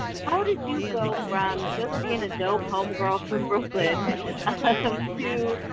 how did you go from just being a dope homegirl from brooklyn ah so so um to?